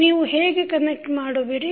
ನೀವು ಹೇಗೆ ಕನೆಕ್ಟ್ ಮಾಡುವಿರಿ